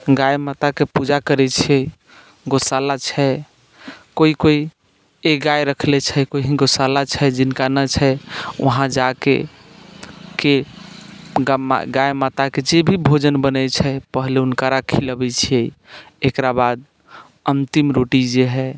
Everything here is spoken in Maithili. गाय माताके पूजा करैत छी गौशाला छै कोइ कोइ एक गाय रखले छै कहीँ गौशाला छै जिनका नहि छै वहाँ जाके के गाय माताके जे भी भोजन बनैत छै पहिने हुनका खिलबैत छियै तकरा बाद अन्तिम रोटी जे हइ